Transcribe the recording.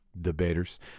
Debaters